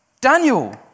Daniel